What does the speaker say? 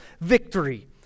victory